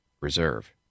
reserve